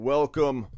Welcome